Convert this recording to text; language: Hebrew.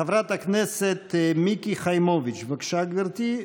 חברת הכנסת מיקי חיימוביץ', בבקשה, גבירתי.